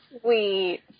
sweet